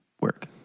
work